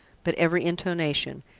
but every intonation,